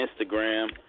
Instagram